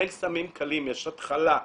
אין סמים קלים, יש התחלה.